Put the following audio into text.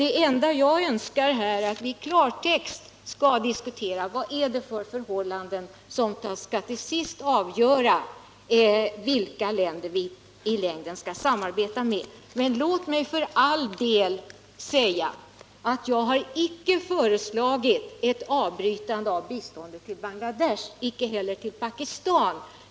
Det enda jag önskar att vi i klartext skall diskutera är: Vad är det för förhållanden som till sist skall avgöra vilka länder vi i längden skall samarbeta med? Låt mig säga att jag inte har föreslagit ett avbrytande av biståndet till Bangladesh, inte heller av biståndet till Pakistan.